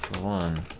one